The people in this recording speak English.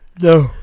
no